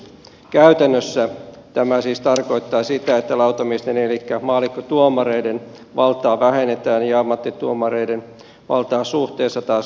käytännössä tämä siis tarkoittaa sitä että lautamiesten elikkä maallikkotuomareiden valtaa vähennetään ja ammattituomareiden valtaa suhteessa taas lisätään